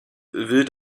will